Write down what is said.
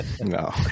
no